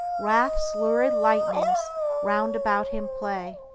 wrath's lurid lightnings round about him play,